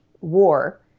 war